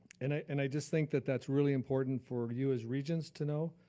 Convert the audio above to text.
and i and i just think that that's really important for you as regents to know.